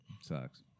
Sucks